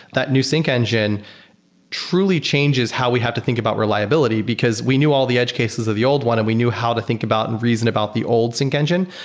that new sync engine truly changes how we have to think about reliability, because we knew all the edge cases of the old one and we knew how to think about and reason about the old sync engine.